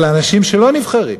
על אנשים שלא נבחרים?